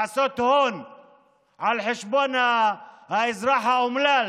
לעשות הון על חשבון האזרח האומלל,